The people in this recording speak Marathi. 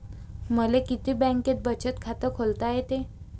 मले किती बँकेत बचत खात खोलता येते?